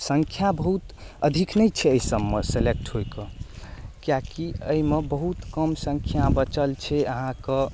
संख्या बहुत अधिक नहि छै एहिसबमे सेलेक्ट होइके किएकि एहिमे बहुत कम संख्या बचल छै अहाँके